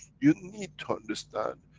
you need to understand,